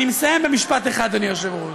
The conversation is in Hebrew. אני מסיים במשפט אחד, אדוני היושב-ראש.